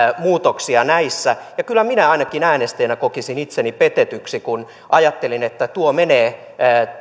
muutoksia näissä ja kyllä minä ainakin äänestäjänä kokisin itseni petetyksi kun ajattelisin että tuo menee